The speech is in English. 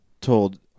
told